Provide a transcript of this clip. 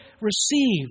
received